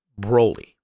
Broly